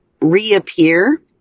reappear